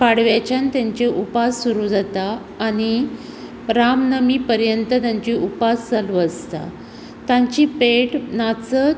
पाडव्याच्यान तांचे उपास सुरू जाता आनी रामनमी पर्यंत तांचे उपास चालू आसता तांची पेट नाचत